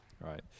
right